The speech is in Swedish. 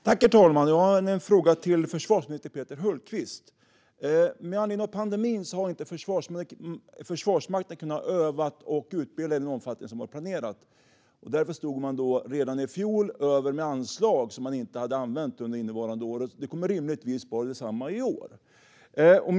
Herr talman! Jag har en fråga till försvarsminister Peter Hultqvist. Med anledning av pandemin har inte Försvarsmakten kunnat öva och utbilda i den omfattning som var planerad. Därför stod man redan i fjol med anslag över som man inte hade använt under innevarande år, och det kommer rimligtvis att vara på samma sätt i år.